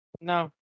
no